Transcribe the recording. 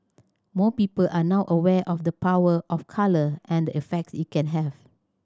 more people are now aware of the power of colour and effects it can have